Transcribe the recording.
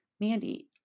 Mandy